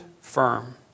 firm